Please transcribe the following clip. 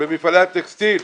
במפעלי הטקסטיל,